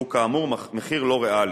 שהוא כאמור מחיר לא ריאלי,